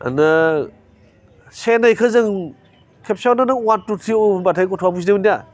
नों से नैखौ जों खेबसेयावनो नों वान टु थ्रि होनबाथाय गथ'वा बुजिनो मोनलिया